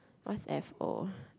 what's F_O